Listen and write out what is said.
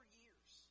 years